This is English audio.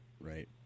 Right